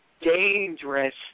dangerous